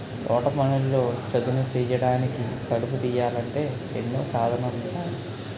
తోటపనుల్లో చదును సేయడానికి, కలుపు తీయాలంటే ఎన్నో సాధనాలున్నాయి